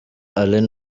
alain